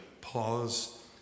pause